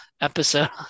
episode